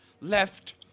left